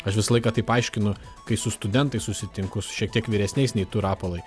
aš visą laiką taip aiškinu kai su studentais susitinku su šiek tiek vyresniais nei tu rapolai